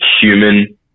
human